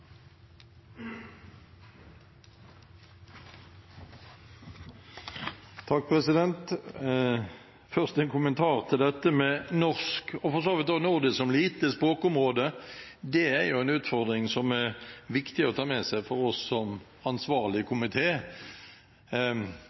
Først en kommentar til dette med norsk, og for så vidt også nordisk, som lite språkområde: Det er en utfordring som er viktig å ta med seg for oss som ansvarlig